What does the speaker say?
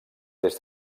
des